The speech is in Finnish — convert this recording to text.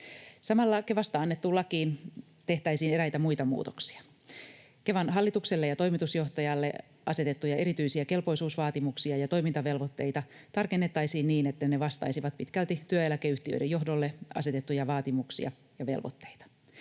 Samalla Kevasta annettuun lakiin tehtäisiin eräitä muita muutoksia. Kevan hallitukselle ja toimitusjohtajalle asetettuja erityisiä kelpoisuusvaatimuksia ja toimintavelvoitteita tarkennettaisiin niin, että ne vastaisivat pitkälti työeläkeyhtiöiden johdolle asetettuja vaatimuksia ja velvoitteita.